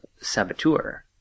saboteur